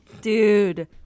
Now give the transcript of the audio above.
Dude